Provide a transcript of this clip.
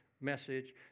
message